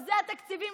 אלה התקציבים